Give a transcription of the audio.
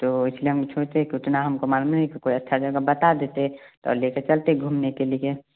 तो इसलिए हम सोचे कि उतना हमको मालूम नहीं कि कोई अच्छा जगह बता देते तो लेकर चलते घूमने के लिए